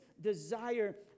desire